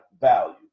value